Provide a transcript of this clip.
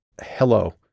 Hello